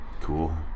cool